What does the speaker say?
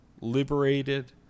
liberated